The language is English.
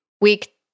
Week